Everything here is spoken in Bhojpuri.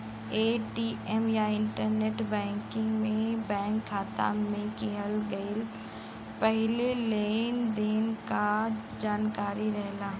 ए.टी.एम या इंटरनेट बैंकिंग में बैंक खाता में किहल गयल पिछले लेन देन क जानकारी रहला